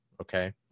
Okay